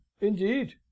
Indeed